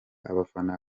abafana